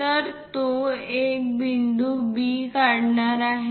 तर तो एक बिंदू B काढणार आहे